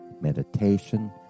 meditation